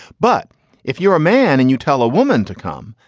but if you're a man and you tell a woman to come,